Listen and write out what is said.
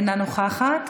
אינה נוכחת,